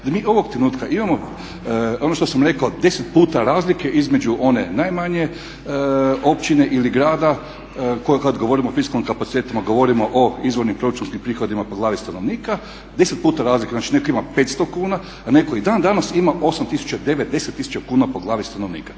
da mi ovog trenutka imamo ono što sam rekao 10 puta razlike između one najmanje općine ili grada kad govorimo o fiskalnim kapacitetima govorimo o izvornim proračunskim prihodima po glavi stanovnika 10 puta razlike. Znači, netko ima 500 kuna, a netko i dan danas ima 8000, 9, 10000 kuna po glavi stanovnika.